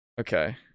Okay